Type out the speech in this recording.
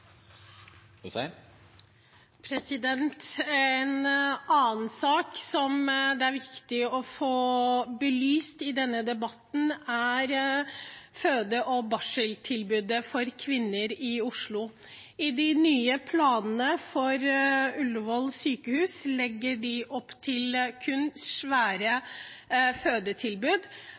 viktig å få belyst i denne debatten, er føde- og barseltilbudet for kvinner i Oslo. I de nye planene for Ullevål sykehus legger man opp til kun svære fødetilbud.